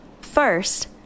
First